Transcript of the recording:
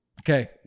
okay